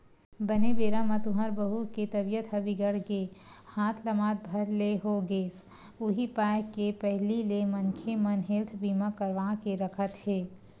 बने बेरा म तुँहर बहू के तबीयत ह बिगड़ गे हाथ लमात भर ले हो गेस उहीं पाय के पहिली ले मनखे मन हेल्थ बीमा करवा के रखत हे